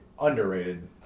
underrated